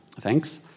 Thanks